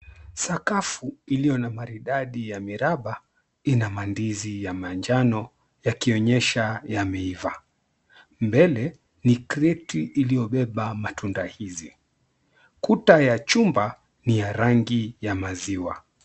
Sakafu iliyo na maridadi ya miraba ina mandizi ya manjano yakionyesha yameiva mbele ni kreti iliyobeba matunda hizi. Kuta ya chumba ni ya rangi ya maziwa.